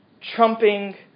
trumping